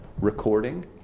recording